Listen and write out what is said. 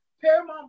paramount